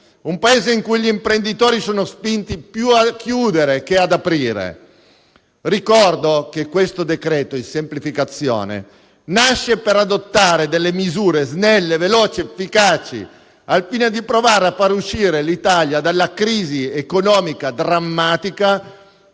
un Paese in cui gli imprenditori sono spinti più a chiudere che ad aprire. Ricordo che il decreto semplificazioni nasce per adottare misure snelle, veloci ed efficaci, al fine di provare a far uscire l'Italia dalla crisi economica drammatica